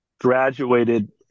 graduated